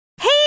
Hey